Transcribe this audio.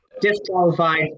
disqualified